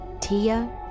Tia